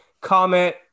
comment